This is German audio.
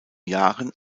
jahren